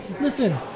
Listen